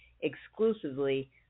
exclusively